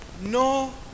no